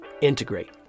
Integrate